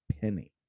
penny